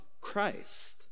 Christ